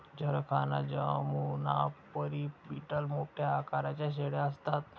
जरखाना जमुनापरी बीटल मोठ्या आकाराच्या शेळ्या असतात